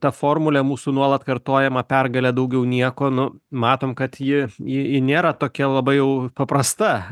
ta formulė mūsų nuolat kartojama pergalė daugiau nieko nu matom kad ji ji ji nėra tokia labai jau paprasta